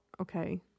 okay